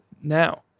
now